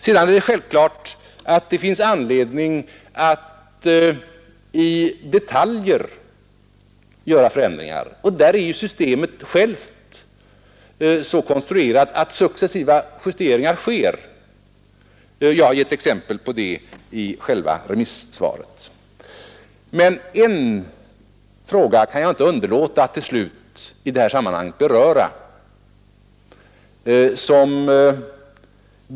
Sedan är det självklart att det finns anledning att i detaljer göra förändringar och systemet är så konstruerat att successiva justeringar sker. Jag har givit exempel därpå i själva interpellationssvaret. Men jag kan inte underlåta att till slut beröra en fråga i det här sammanhanget.